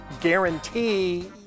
guarantee